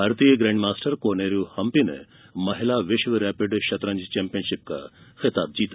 भारतीय ग्रैंडमास्टर कोनेरू हम्पी ने महिला विश्व रैपिड शतरंज चैंपियनशिप का खिताब जीता